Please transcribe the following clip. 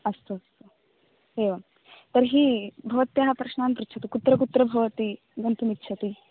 अस्तु अस्तु एवं तर्हि भवत्याः प्रश्नान् पृच्छतु कुत्र कुत्र भवती गन्तुमिच्छति